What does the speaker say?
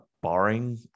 barring